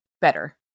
better